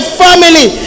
family